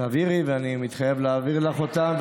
תעבירי, ואני מתחייב להעביר לך אותם.